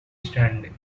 standing